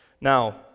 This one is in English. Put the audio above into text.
Now